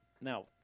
Now